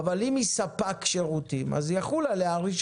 אבל הצורך בהיתר חל על שירות, לא על פעולה.